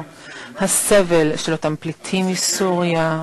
אני מאמין גדול ב-P2P,